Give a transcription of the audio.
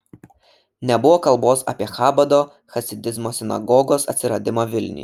nebuvo kalbos apie chabado chasidizmo sinagogos atsiradimą vilniuje